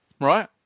right